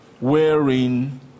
wherein